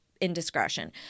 indiscretion